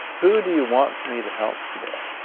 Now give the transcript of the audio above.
who do you want me to help today?